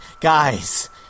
guys